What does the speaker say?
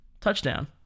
touchdown